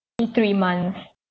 three months